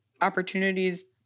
opportunities